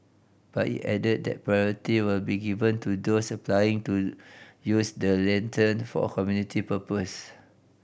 but it added that priority will be given to those applying to use the lantern for community purpose